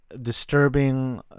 Disturbing